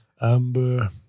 Amber